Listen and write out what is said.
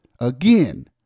again